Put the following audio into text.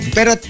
Pero